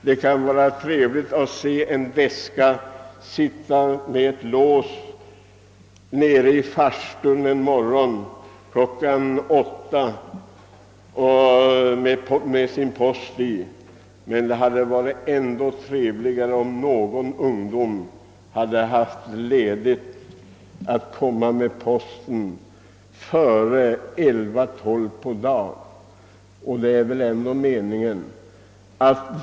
Det kan vara trevligt att se sin post ligga i en låst väska nere i farstun en morgon kl. 8, men det hade varit ännu trevligare om någon ungdom hade haft tillfälle att dela ut den tidigare än kl. 11 eller 12 på dagen.